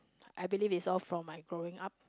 I believe is all from my growing up